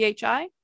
PHI